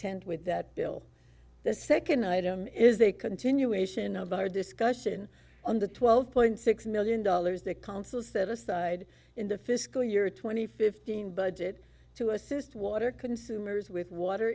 intend with that bill the second item is a continuation of our discussion on the twelve point six million dollars the council set aside in the fiscal year twenty fifteen budget to assist water consumers with water